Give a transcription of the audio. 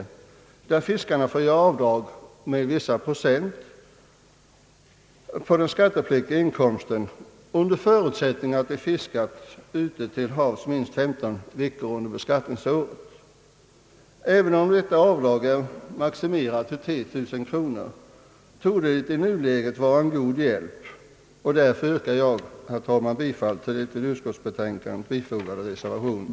Där får fiskarna göra avdrag med vissa procent på den skattepliktiga inkomsten, under förutsättning att de fiskat ute till havs minst femton veckor under beskattningsåret. Även om detta avdrag är maximerat till 3 000 kronor torde det i nuläget vara en god hjälp om liknande bestämmelser infördes även i Sverige. Därför yrkar jag, herr talman, bifall till den vid utskottsbetänkandet fogade reservationen.